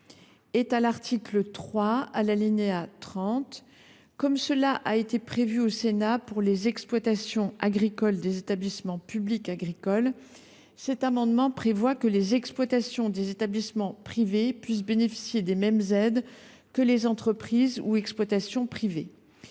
est à Mme la ministre. Comme cela a été prévu au Sénat pour les exploitations agricoles des établissements publics agricoles, cet amendement tend à ce que les exploitations des établissements privés puissent bénéficier des mêmes aides que les entreprises ou exploitations privées.